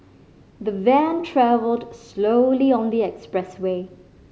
the van travelled slowly on the expressway